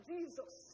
Jesus